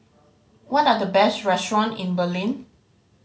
what are the best restaurant in Berlin